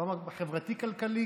בחברתי-כלכלי,